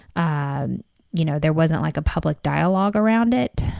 and you know there wasn't like a public dialogue around it,